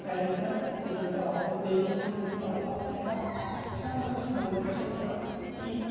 hello sir मी तुमच्या वाहतूक एजन्सीमध्ये तॉल लावला आहे का शर मला हे बोलायचं होतं ती